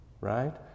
right